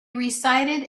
recited